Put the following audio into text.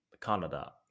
Canada